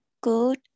Good